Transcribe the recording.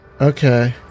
Okay